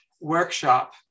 workshop